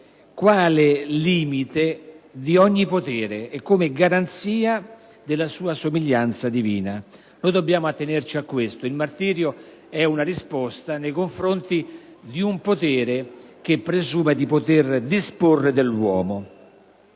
quale limite di ogni potere e garanzia della sua somiglianza divina». Noi dobbiamo attenerci a questo. Il martirio è una risposta nei confronti di un potere che presume di poter disporre dell'uomo.